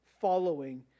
following